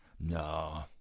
No